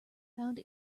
found